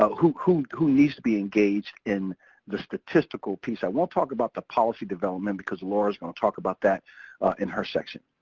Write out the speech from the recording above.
who who needs to be engaged in the statistical piece? i won't talk about the policy development, because laura's gonna talk about that in her section.